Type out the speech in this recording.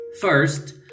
First